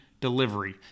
delivery